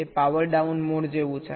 તેથી તે power down mode જેવું છે